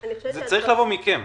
זה צריך לבוא מכם.